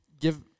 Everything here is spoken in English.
give